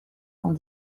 cent